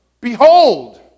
Behold